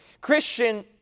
Christian